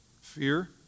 Fear